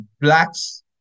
Blacks